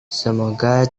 semoga